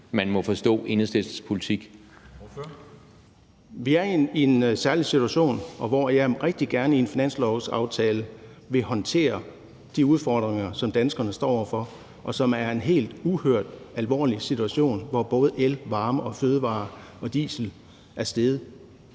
09:09 Søren Egge Rasmussen (EL): Vi er i en særlig situation, og hvor jeg rigtig gerne i en finanslovsaftale vil håndtere de udfordringer, som danskerne står over for, og som er en helt uhørt alvorlig situation, hvor prisen på både el, varme, fødevarer og diesel er steget,